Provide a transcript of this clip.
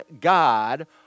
God